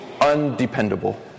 undependable